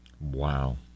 Wow